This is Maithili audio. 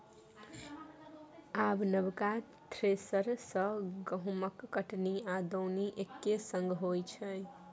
आब नबका थ्रेसर सँ गहुँमक कटनी आ दौनी एक्के संग होइ छै